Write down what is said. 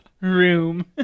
Room